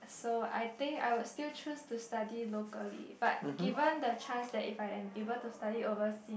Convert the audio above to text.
so I think I would still choose to study locally but given the chance that if I'm able to study overseas